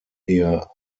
ihr